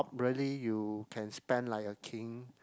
really you can spend like a king